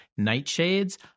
nightshades